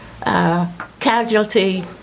Casualty